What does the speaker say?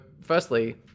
firstly